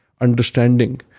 understanding